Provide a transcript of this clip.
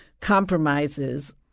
compromises